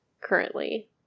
currently